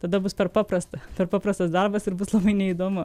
tada bus per paprasta per paprastas darbas ir bus labai neįdomu